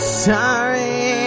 sorry